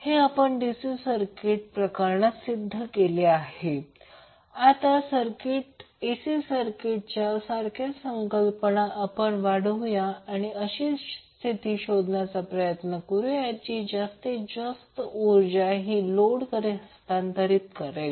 तर हे आपण DC सर्किट प्रकरणात सिद्ध केले आता AC सर्किटसाठी सारख्याच संकल्पना आपण वाढवू आणि अशी स्थिती शोधण्याचा प्रयत्न करू जी जास्तीत जास्त ऊर्जा ही लोडकडे हस्तांतरण करेल